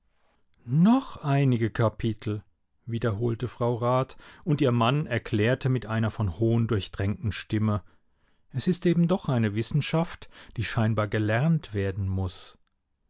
noch einige kapitel wiederholte frau rat und ihr mann erklärte mit einer von hohn durchtränkten stimme es ist eben doch eine wissenschaft die scheinbar gelernt werden muß